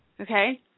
okay